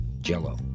jello